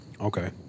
Okay